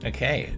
Okay